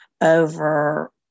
over